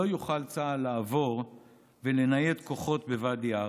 לא יוכל צה"ל לעבור ולנייד כוחות בוואדי עארה.